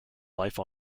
life